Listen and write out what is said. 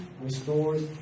restores